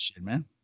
man